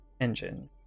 engine